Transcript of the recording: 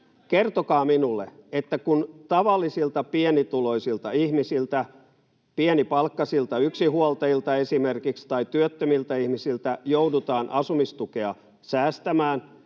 Kertokaa minulle, että kun tavallisilta pienituloisilta ihmisiltä, esimerkiksi pienipalkkaisilta yksinhuoltajilta tai työttömiltä ihmisiltä, joudutaan asumistukea säästämään,